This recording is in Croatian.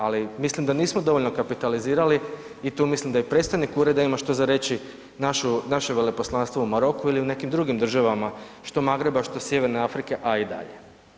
Ali mislim da nismo dovoljno kapitalizirali i tu mislim da i predstojnik ureda ima što za reći, naše Veleposlanstvo u Maroku ili u nekim drugim državama što Magreba što Sjeverne Afrike, a i dalje.